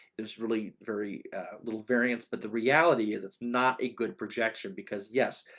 there's really very little variance. but the reality is, it's not a good projection, because yes,